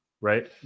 right